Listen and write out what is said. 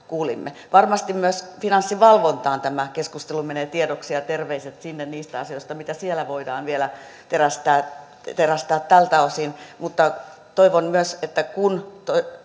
kuulimme varmasti myös finanssivalvontaan tämä keskustelu menee tiedoksi ja terveiset sinne niistä asioista mitä siellä voidaan vielä terästää terästää tältä osin mutta toivon myös että kun